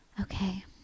Okay